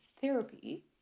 therapy